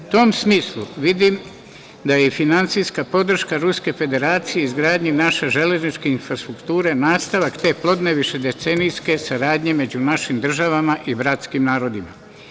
U tom smislu vidim da je i finansijska podrška Ruske Federacije izgradnji naše železničke infrastrukture nastavak te plodne višedecenijske saradnje među našim državama i bratskim narodima.